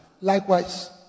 Likewise